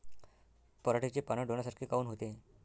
पराटीचे पानं डोन्यासारखे काऊन होते?